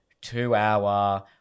two-hour